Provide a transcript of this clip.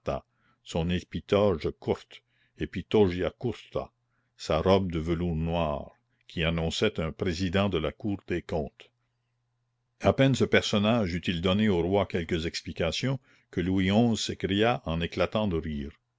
son épitoge courte epitogia curta sa robe de velours noir qui annonçait un président de la cour des comptes à peine ce personnage eut-il donné au roi quelques explications que louis xi s'écria en éclatant de rire